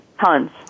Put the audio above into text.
Tons